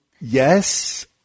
yes